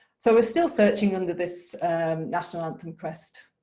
so we're still searching under this national anthem quest